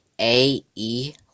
A-E